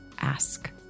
ask